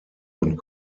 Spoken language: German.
und